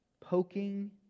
Poking